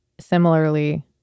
similarly